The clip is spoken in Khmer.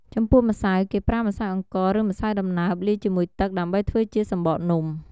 ចំពោះម្សៅ គេប្រើម្សៅអង្ករ ឬម្សៅដំណើបលាយជាមួយទឹក ដើម្បីធ្វើជាសំបកនំ។